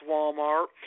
Walmart